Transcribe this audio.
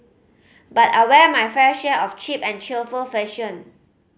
but I wear my fair share of cheap and cheerful fashion